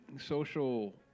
social